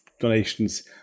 donations